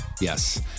Yes